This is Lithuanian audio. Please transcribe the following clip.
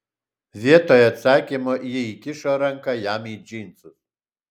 vietoj atsakymo ji įkišo ranką jam į džinsus